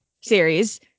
series